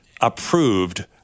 Approved